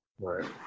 Right